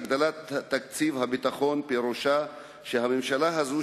הגדלת תקציב הביטחון פירושה שהממשלה הזאת,